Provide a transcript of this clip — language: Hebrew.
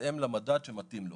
בהתאם למדד שמתאים לו.